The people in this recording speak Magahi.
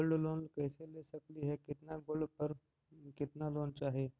गोल्ड लोन कैसे ले सकली हे, कितना गोल्ड पर कितना लोन चाही?